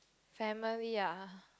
family ah